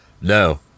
No